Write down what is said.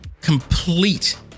complete